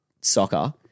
soccer